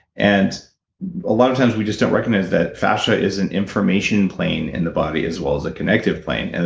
and a lot of times we just don't recognize that fascia is an information plane in the body as well as a connective plane. and